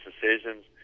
decisions